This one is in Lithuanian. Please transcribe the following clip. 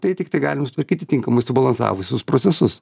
tai tiktai galime sutvarkyti tinkamai subalansavus sus procesus